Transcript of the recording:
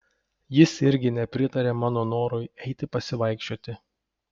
jis irgi nepritarė mano norui eiti pasivaikščioti